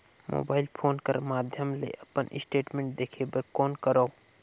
Mobile phone कर माध्यम ले अपन स्टेटमेंट देखे बर कौन करों?